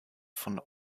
von